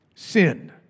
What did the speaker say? Sin